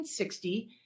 1960